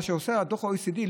מה שעושה דוח ה-OECD,